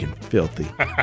filthy